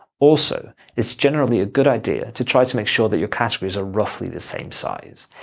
also, it's generally a good idea to try to make sure that your categories are roughly the same size.